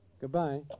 Goodbye